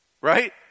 right